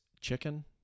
chicken